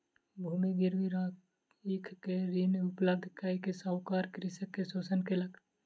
भूमि गिरवी राइख के ऋण उपलब्ध कय के साहूकार कृषक के शोषण केलक